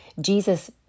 Jesus